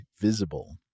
Visible